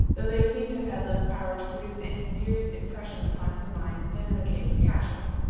though they seem to have had less power to produce any serious impression upon his mind than in the case of cassius.